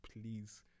please